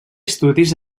estudis